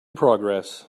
progress